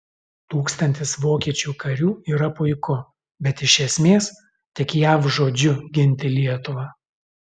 tūkstantis vokiečių karių yra puiku bet iš esmės tik jav žodžiu ginti lietuvą